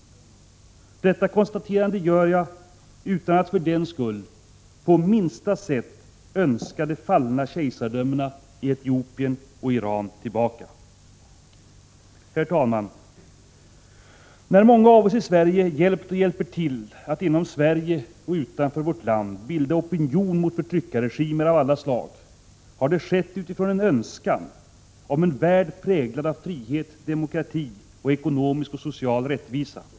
Detta konstaterande gör jag utan att för den skull på minsta sätt önska de fallna kejsardömena i Etiopien och Iran tillbaka. Herr talman! När många av oss i Sverige hjälpt och hjälper till att inom Sverige och utanför vårt land bilda opinion mot förtryckarregimer av alla slag har det skett utifrån en önskan om en värld präglad av frihet, demokrati och ekonomisk och social rättvisa.